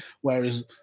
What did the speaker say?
whereas